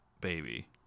baby